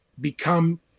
become